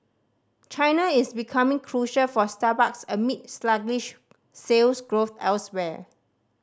China is becoming crucial for Starbucks amid sluggish sales growth elsewhere